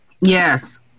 Yes